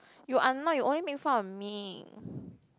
you are not you only make fun of me